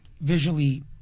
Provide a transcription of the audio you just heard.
visually